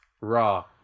raw